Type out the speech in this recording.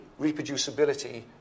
reproducibility